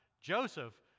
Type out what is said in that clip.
Joseph—